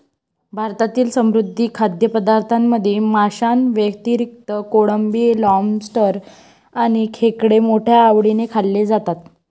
भारतातील समुद्री खाद्यपदार्थांमध्ये माशांव्यतिरिक्त कोळंबी, लॉबस्टर आणि खेकडे मोठ्या आवडीने खाल्ले जातात